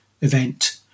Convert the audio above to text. event